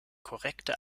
korrekte